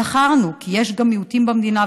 זכרנו כי יש גם מיעוטים במדינה,